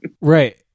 Right